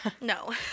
no